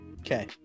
okay